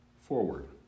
forward